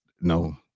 No